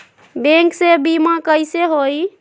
Bank से बिमा कईसे होई?